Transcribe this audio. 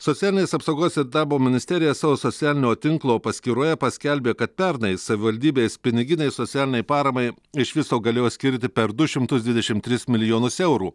socialinės apsaugos ir darbo ministerija savo socialinio tinklo paskyroje paskelbė kad pernai savivaldybės piniginei socialinei paramai iš viso galėjo skirti per du šimtus dvidešimt tris milijonus eurų